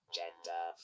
gender